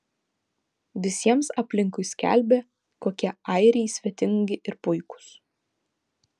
visiems aplinkui skelbė kokie airiai svetingi ir puikūs